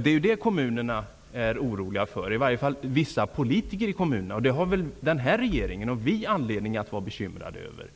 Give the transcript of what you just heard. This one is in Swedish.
Det är det som kommunerna är oroliga för -- i varje fall vissa politiker i kommunerna. Regeringen och vi har anledning att vara bekymrade över detta.